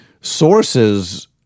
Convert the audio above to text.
sources